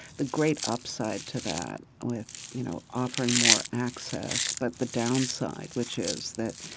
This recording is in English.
the great upside to that with, you know, offering more access, but the downside, which is that,